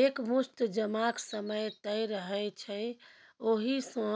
एक मुस्त जमाक समय तय रहय छै ओहि सँ